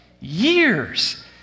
years